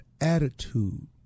attitude